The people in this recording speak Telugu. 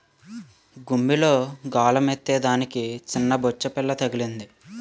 గుమ్మిలో గాలమేత్తే దానికి సిన్నబొచ్చుపిల్ల తగిలింది